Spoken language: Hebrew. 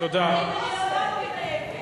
בנושאים החברתיים אני לעולם לא מתעייפת.